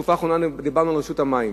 בתקופה האחרונה דיברנו על רשות המים.